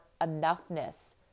enoughness